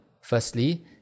firstly